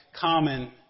common